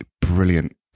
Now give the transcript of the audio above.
brilliant